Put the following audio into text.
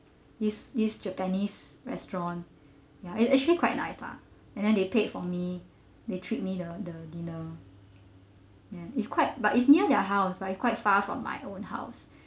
this this japanese restaurant ya it actually quite nice lah and then they paid for me they treated me to the dinner then it's quite but it's near their house but it's quite far from my own house